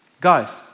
guys